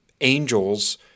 angels